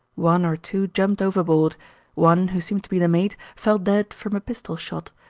one or two jumped overboard one, who seemed to be the mate, fell dead from a pistol shot,